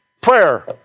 prayer